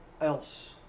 else